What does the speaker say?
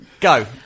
Go